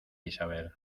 isabel